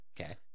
Okay